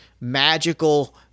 magical